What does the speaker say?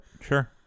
Sure